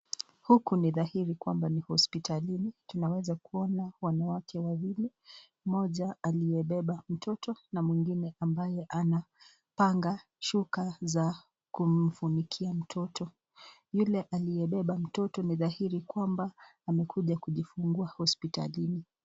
Huku ni dhahiri kwamba ni hospitalini tunaweza kuona wanawake wawili, moja aliyebeba mtoto na mwingine ambaye anapanga shuka za kumfunikia mtoto. Yule aliyebeba mtoto ni dhahiri kwamba amekuja kujifungua hospitalini.